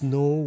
no